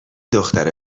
دختر